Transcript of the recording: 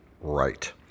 right